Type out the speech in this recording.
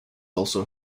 also